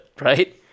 right